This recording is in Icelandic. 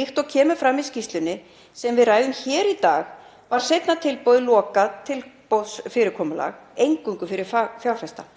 Líkt og kemur fram í skýrslunni sem við ræðum hér í dag var seinna tilboðið lokað tilboðsfyrirkomulag eingöngu fyrir fagfjárfesta.